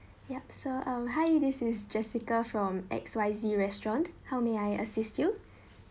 yup so um hi this is jessica from X Y Z restaurant how may I assist you